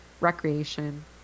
recreation